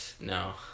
No